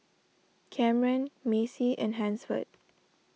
Camren Macy and Hansford